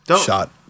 Shot